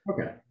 Okay